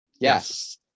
Yes